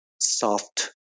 soft